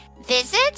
Visit